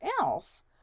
else